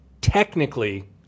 technically